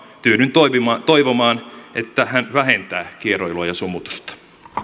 tyydyn toivomaan että hän vähentää kieroilua ja sumutusta